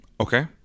Okay